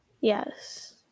yes